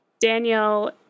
Danielle